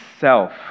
self